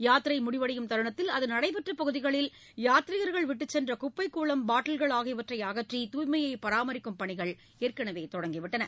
யாத்திரை முடிவடையும் தருணத்தில் அது நடைபெற்ற பகுதிகளில் யாத்திரிக்கள் விட்டுச்சென்ற குப்பை கூளம் பாட்டில்கள் ஆகியவற்றை அகற்றி தூய்மையை பராமரிக்கும் பணிகள் ஏற்களவே தொடங்கிவிட்டன